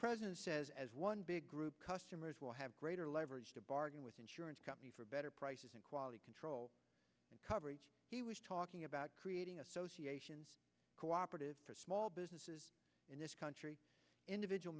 president says as one big group customers will have greater leverage to bargain with insurance company for better prices and quality control coverage he was talking about creating associations cooperatives small businesses in this country individual